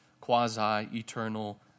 quasi-eternal